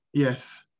Yes